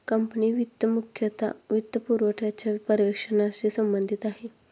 company वित्त मुख्यतः वित्तपुरवठ्याच्या पर्यवेक्षणाशी संबंधित आहे